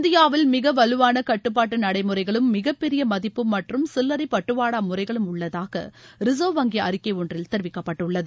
இந்தியாவில் மிக வலுவான கட்டுபாட்டு நடைமுறைகளும் மிகப்பெரிய மதிப்பு மற்றும் சில்லறை பட்டுவாடா முறைகளும் உள்ளதாக ரிசர்வ் வங்கி அறிக்கை ஒன்றில் தெரிவிக்கப்பட்டுள்ளது